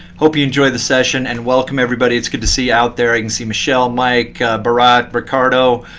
hope you enjoy the session. and welcome everybody. it's good to see out there. i can see michelle, mike, barat, ricardo.